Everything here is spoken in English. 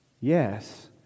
Yes